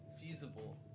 feasible